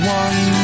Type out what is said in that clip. one